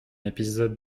épisode